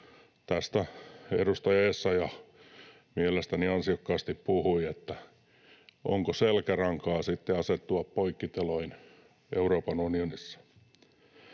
Tästä edustaja Essayah mielestäni ansiokkaasti puhui, että onko sitten selkärankaa asettua poikkiteloin Euroopan unionissa.